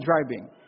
driving